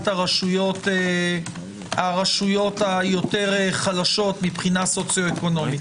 הרשויות היותר חלשות מבחינה סוציו אקונומית.